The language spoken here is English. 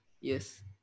Yes